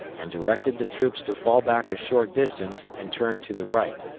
and directed the troops to fall back a short distance and turn to the right.